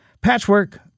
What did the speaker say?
Patchwork